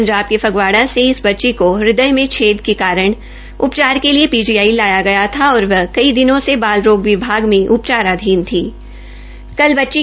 पंजाब के फगवाड़ी से इस बच्ची को हद्वय में छेद होने के कारण उपचार के लिए पीजीआई लाया गया था और वह कई दिनों से बाल रोग विभाग में उपचाराधीन थी